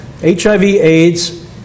HIV-AIDS